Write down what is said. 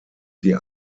sie